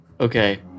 Okay